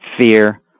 fear